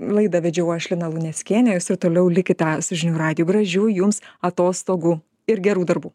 laidą vedžiau aš lina luneckienė jūs ir toliau likite su žinių radiju gražių jums atostogų ir gerų darbų